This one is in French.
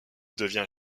devient